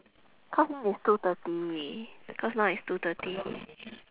cause now is two thirty cause now is two thirty